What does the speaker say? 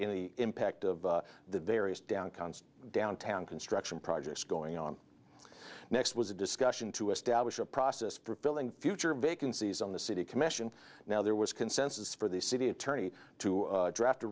the impact of the various down const downtown construction projects going on next was a discussion to establish a process for filling future vacancies on the city commission now there was consensus for the city attorney to draft